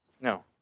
No